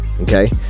okay